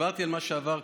דיברתי על מה שעבר כבר.